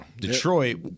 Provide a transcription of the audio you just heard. detroit